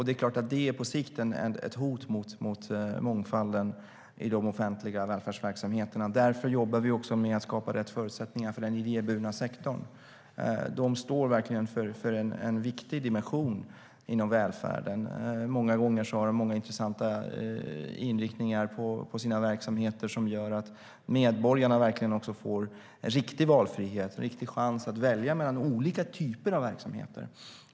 Det är klart att detta på sikt utgör ett hot mot mångfalden i de offentliga välfärdsverksamheterna, och därför jobbar vi också med att skapa rätt förutsättningar för den idéburna sektorn. De står verkligen för en viktig dimension inom välfärden, och många gånger har de intressanta inriktningar på sina verksamheter som gör att medborgarna verkligen får riktig valfrihet - en riktig chans att välja mellan olika typer av verksamheter.